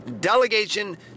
Delegation